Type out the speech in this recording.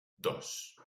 dos